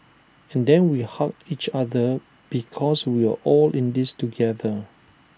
and then we hugged each other because we were all in this together